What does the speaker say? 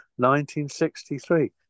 1963